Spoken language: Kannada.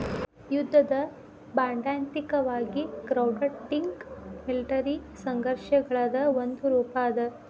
ಯುದ್ಧದ ಬಾಂಡ್ಸೈದ್ಧಾಂತಿಕವಾಗಿ ಕ್ರೌಡ್ಫಂಡಿಂಗ್ ಮಿಲಿಟರಿ ಸಂಘರ್ಷಗಳದ್ ಒಂದ ರೂಪಾ ಅದ